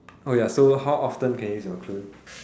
oh ya so how often can you use your clone